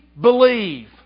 believe